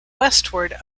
westward